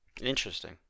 Interesting